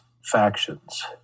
factions